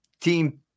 team